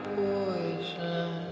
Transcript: poison